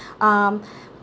um